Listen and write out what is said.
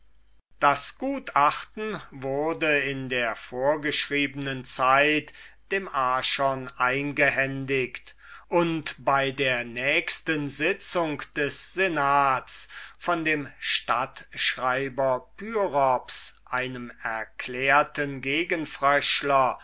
das gutachten wurde in der vorgeschriebenen zeit dem archon eingehändigt und bei der nächsten sitzung des senats von dem stadtschreiber pyrops einem erklärten